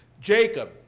Jacob